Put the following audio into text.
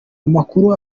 amakuru